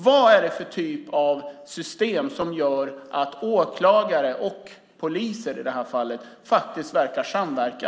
Vad är det för typ av system som gör att åklagare och poliser, i det här fallet, faktiskt verkar samverka?